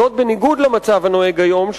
זאת בניגוד למצב הנוהג היום,